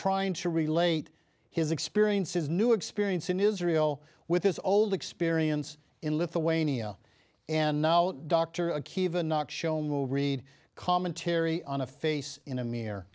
trying to relate his experiences new experience in israel with his old experience in lithuania and now dr akiva not shown will read commentary on a face in a mere